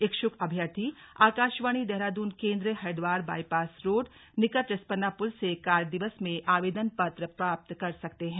इच्छुक अभ्यर्थी आकाशवाणी देहरादून केंद्र हरिद्वार बाइपास रोड निकट रिस्पना पुल से कार्य दिवस में आवेदन पत्र प्राप्त कर सकते हैं